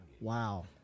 Wow